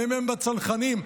המ"מ בצנחנים,